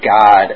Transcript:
god